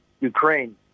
Ukraine